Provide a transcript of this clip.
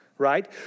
right